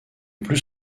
plus